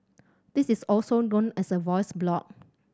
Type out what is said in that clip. this is also known as a voice blog